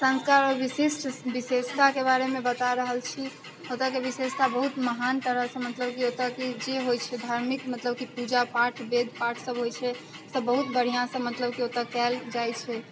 संस्कार आओर विशिष्ट विशेषताके बारेमे बता रहल छी ओतऽके विशेषता बहुत महान तरहसँ मतलब की ओतऽके जे होइ छै धार्मिक मतलब की पूजा पाठ वेद पाठ सब होइ छै सब बहुत बढ़िआँसँ मतलब की ओतऽ कयल जाइ छै